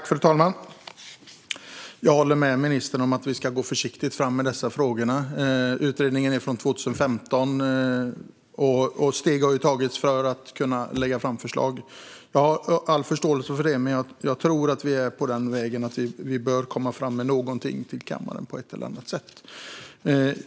Fru talman! Jag håller med ministern om att vi ska gå försiktigt fram med dessa frågor. Utredningen är från 2015, och steg har ju tagits för att kunna lägga fram förslag. Jag har full förståelse för att det tagit tid, men jag tror att vi kan vara på väg att komma fram med någonting till kammaren på ett eller annat sätt.